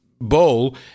bowl